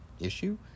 issue